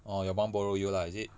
orh your mum borrow you lah is it